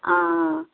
आं